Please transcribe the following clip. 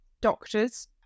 doctors